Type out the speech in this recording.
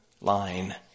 line